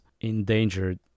endangered